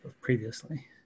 previously